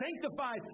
sanctified